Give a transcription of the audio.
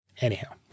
Anyhow